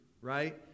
right